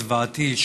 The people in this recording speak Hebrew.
הזוועתי,